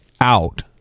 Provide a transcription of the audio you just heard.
out